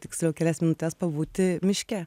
tiksliau kelias minutes pabūti miške